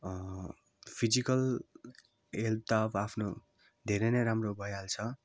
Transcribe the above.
physical health त अब आफ्नो धेरै नै राम्रो भइहाल्छ